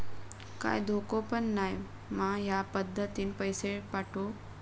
काय धोको पन नाय मा ह्या पद्धतीनं पैसे पाठउक?